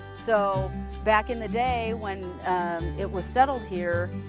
so back in the day when it was settled here,